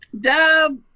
Dub